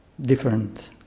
different